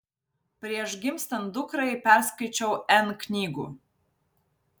prieš gimstant dukrai perskaičiau n knygų